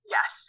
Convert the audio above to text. Yes